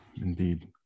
indeed